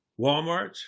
Walmart